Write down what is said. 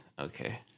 okay